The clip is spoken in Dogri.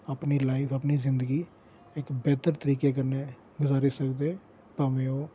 अपनी लाइफ अपनी जिंदगी इक बेह्तर तरीके कन्नै गुजारी सकदे भामें ओह्